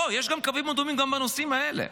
בוא, יש קווים אדומים גם בנושאים האלה.